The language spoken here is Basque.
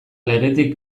legetik